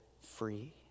free